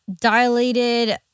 dilated